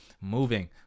moving